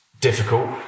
difficult